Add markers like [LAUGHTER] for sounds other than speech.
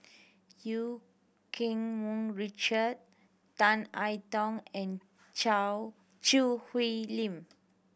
Eu Keng Mun Richard Tan I Tong and [UNINTELLIGIBLE] Choo Hwee Lim